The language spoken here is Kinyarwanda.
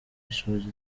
isheja